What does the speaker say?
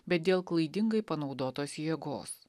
bet dėl klaidingai panaudotos jėgos